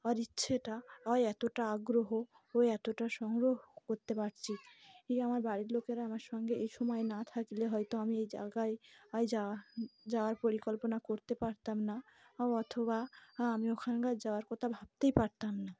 ও ইচ্ছেটা আর এতটা আগ্রহ ও এতটা সংগ্রহ করতে পারছি এই আমার বাড়ির লোকেরা আমার সঙ্গে এই সময় না থাকলে হয়তো আমি এই জায়গায় হয় যাওয়া যাওয়ার পরিকল্পনা করতে পারতাম না অথবা আমি ওখানকার যাওয়ার কথা ভাবতেই পারতাম না